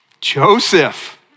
Joseph